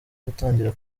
gutangira